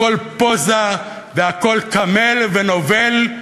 הכול פוזה והכול קמל ונובל,